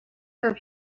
for